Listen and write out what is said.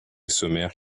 sommaire